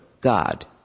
God